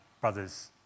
brothers